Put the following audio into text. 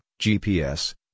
GPS